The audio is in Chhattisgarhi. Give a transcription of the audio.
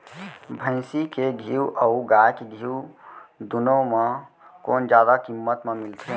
भैंसी के घीव अऊ गाय के घीव दूनो म कोन जादा किम्मत म मिलथे?